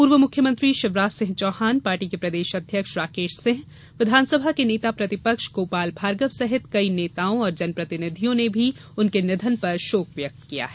पूर्व मुख्यमंत्री शिवराज सिंह चौहान पार्टी के प्रदेश अध्यक्ष राकेश सिंह विधानसभा के नेता प्रतिपक्ष गोपाल भार्गव सहित कई नेताओं व जनप्रतिनिधियों ने भी उनके निधन पर शोक व्यक्त किया है